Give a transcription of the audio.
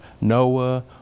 Noah